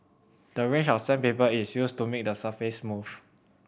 the range of sandpaper is used to make the surface smooth